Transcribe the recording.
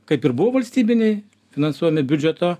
kaip ir buvo valstybiniai finansuojami biudžeto